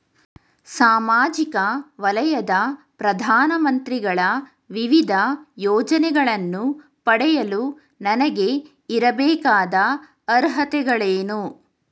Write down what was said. ಸಾಮಾಜಿಕ ವಲಯದ ಪ್ರಧಾನ ಮಂತ್ರಿಗಳ ವಿವಿಧ ಯೋಜನೆಗಳನ್ನು ಪಡೆಯಲು ನನಗೆ ಇರಬೇಕಾದ ಅರ್ಹತೆಗಳೇನು?